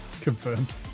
Confirmed